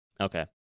Okay